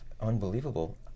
unbelievable